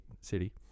City